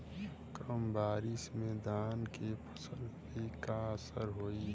कम बारिश में धान के फसल पे का असर होई?